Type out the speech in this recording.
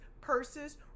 purses